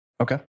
Okay